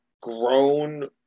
grown